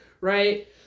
Right